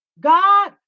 God